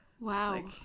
Wow